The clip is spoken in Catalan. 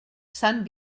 sant